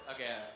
Okay